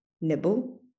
Nibble